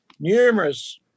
numerous